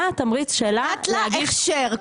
להגיש --- נתת לה הכשר,